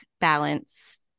balance